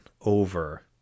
over